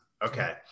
Okay